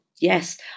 yes